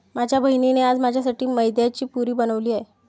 माझ्या बहिणीने आज माझ्यासाठी मैद्याची पुरी बनवली आहे